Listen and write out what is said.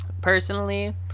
personally